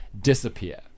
disappear